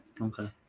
okay